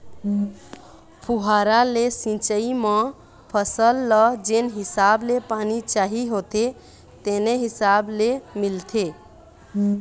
फुहारा ले सिंचई म फसल ल जेन हिसाब ले पानी चाही होथे तेने हिसाब ले मिलथे